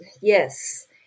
Yes